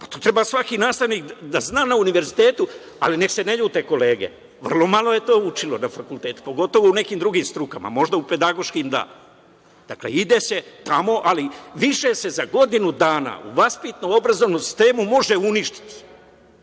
To treba svaki nastavnik da zna na univerzitetu. Neka se ne ljute kolege, vrlo malo je to učilo na fakultetu, pogotovo u nekim drugim strukama, možda u pedagoškim da. Dakle, ide se tamo, ali više se za godinu dana u vaspitno-obrazovnom sistemu može uništiti,